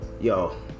yo